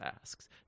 asks